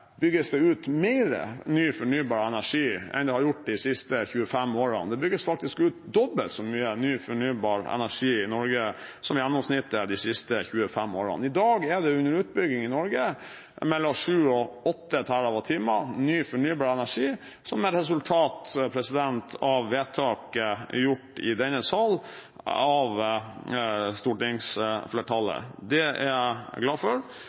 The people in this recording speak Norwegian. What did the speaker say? bygges det ut mer ny fornybar energi enn en har gjort de siste 25 årene – det bygges faktisk ut dobbelt så mye ny fornybar energi i Norge som gjennomsnittet de siste 25 årene. I dag er det under utbygging i Norge mellom 7 og 8 TWh ny fornybar energi som et resultat av vedtak gjort i denne sal av stortingsflertallet. Det er jeg glad for.